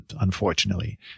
unfortunately